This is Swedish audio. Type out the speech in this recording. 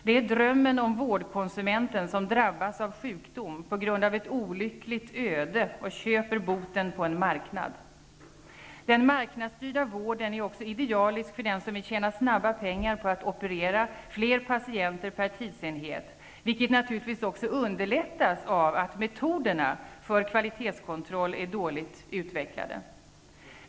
Det är drömmen om vårdkonsumenten som drabbas av sjukdom på grund av ett olyckligt öde och köper boten på en marknad. Den marknadsstyrda vården är också idealisk för den som vill tjäna snabba pengar på att operera fler patienter per tidsenhet, vilket naturligtvis underlättas av att metoderna för kvalitetskontroll är dåligt utvecklade.